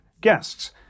guests